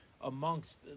amongst